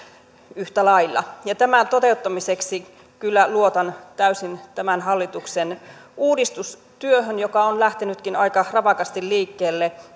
yhtä lailla ja tämän toteuttamiseksi kyllä luotan täysin tämän hallituksen uudistustyöhön joka on lähtenytkin aika napakasti liikkeelle